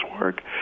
work